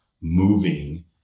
moving